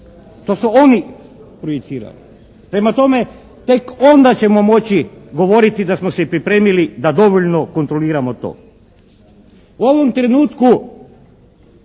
to su oni projicirali. Prema tome, tek onda ćemo moći govoriti da smo se pripremili da dobrovoljno kontroliramo to. U ovom trenutku